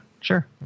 sure